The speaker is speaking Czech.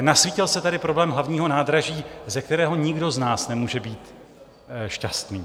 Nasvítil se tady problém hlavního nádraží, ze kterého nikdo z nás nemůže být šťastný.